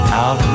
out